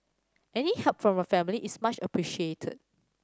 any help from your family is much appreciated